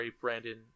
Brandon